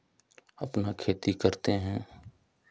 अपना खेती करते हैं